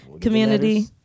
community